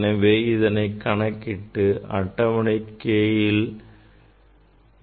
எனவே இதைக் கணக்கிட்டு அட்டவணையில் K மதிப்பை குறித்துக் கொள்ள வேண்டும்